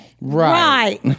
Right